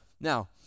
Now